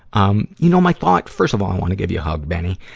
um you know, my thought first of all, i wanna give you a hug, benny.